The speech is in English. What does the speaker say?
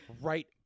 Right